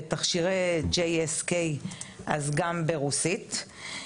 בתכשירי JSK גם לרוסית.